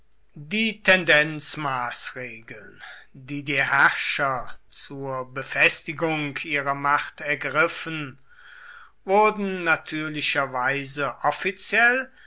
die tendenzmaßregeln die die herrscher zur befestigung ihrer macht ergriffen wurden natürlicherweise offiziell